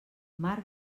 mar